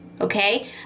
okay